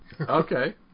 Okay